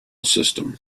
system